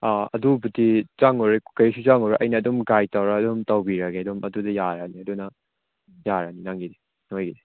ꯑꯥ ꯑꯗꯨꯕꯨꯗꯤ ꯆꯪꯂꯔꯣꯏ ꯀꯔꯤꯁꯨ ꯆꯪꯂꯔꯣꯏ ꯑꯗꯨꯝ ꯒꯥꯏꯠ ꯇꯧꯔ ꯑꯗꯨꯝ ꯇꯧꯕꯤꯔꯒꯦ ꯑꯗꯨꯝ ꯑꯗꯨꯗ ꯌꯥꯔꯅꯤ ꯑꯗꯨꯅ ꯌꯥꯔꯅꯤ ꯅꯪꯒꯤꯗꯤ ꯅꯣꯏꯒꯤ